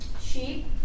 sheep